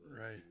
Right